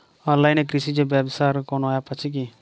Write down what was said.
অনলাইনে কৃষিজ ব্যবসার কোন আ্যপ আছে কি?